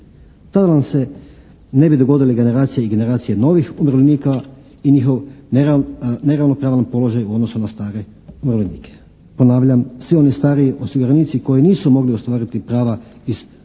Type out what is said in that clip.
Tada nam se ne bi dogodile generacije i generacije novih umirovljenika i njihov neravnopravan položaj u odnosu na stare umirovljenike. Ponavljam, svi oni stariji osiguranici koji nisu mogli ostvariti prava iz drugog